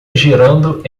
girando